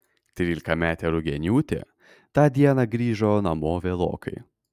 trylikametė rugieniūtė tą dieną grįžo namo vėlokai